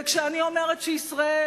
וכשאני אומרת שישראל